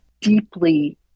deeply